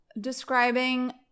describing